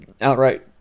outright